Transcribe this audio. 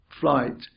flight